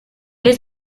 est